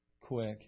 quick